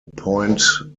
point